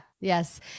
yes